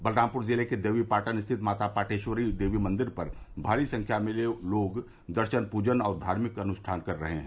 बलरामपुर जिले के देवीपाटन स्थित माता पाटेश्वरी देवी मंदिर पर भारी संख्या में लोग दर्शन पूजन और धार्मिक अनुष्ठान कर रहे हैं